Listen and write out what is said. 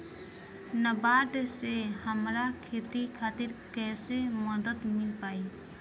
नाबार्ड से हमरा खेती खातिर कैसे मदद मिल पायी?